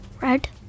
red